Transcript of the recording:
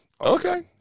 Okay